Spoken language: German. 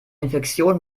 infektion